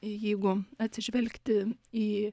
jeigu atsižvelgti į